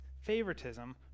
favoritism